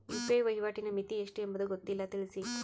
UPI ವಹಿವಾಟಿನ ಮಿತಿ ಎಷ್ಟು ಎಂಬುದು ಗೊತ್ತಿಲ್ಲ? ತಿಳಿಸಿ?